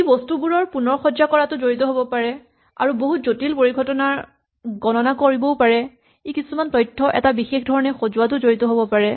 ই বস্তুবোৰৰ পুণঃসজ্জা কৰাত জড়িত হ'ব পাৰে আৰু বহুত জটিল পৰিঘটনাৰ গণনা কৰিব পাৰে ই কিছুমান তথ্য এটা বিশেষ ধৰণে সজোৱাটো জড়িত হ'ব পাৰে